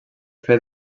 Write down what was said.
fer